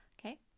Okay